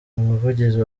umuvugizi